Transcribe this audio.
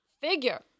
figure